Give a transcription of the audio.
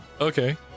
Okay